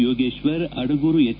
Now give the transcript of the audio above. Yogeshwar Adagur ಹೆಚ್